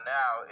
now